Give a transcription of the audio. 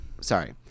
sorry